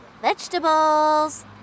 Vegetables